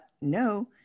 no